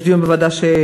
יש דיון אצלי בוועדה.